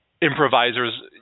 improvisers